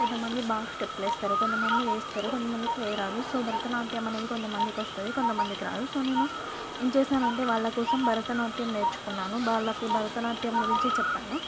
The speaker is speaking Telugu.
కొంతమంది బాగా స్టెపులు వేస్తారు కొంతమంది వేస్తారు కొంతమందికి వేరాదు సో భరతనాట్యం అనేది కొంతమందికి వస్తుంది కొంతమందికి రాదు సో నేను ఏంచేశానంటే వాళ్ళ కోసం భరతనాట్యం నేర్చుకున్నాను వాళ్ళకి భరతనాట్యం గురించి చెప్పాను